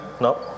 No